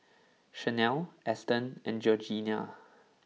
Shanelle Eston and Georgeanna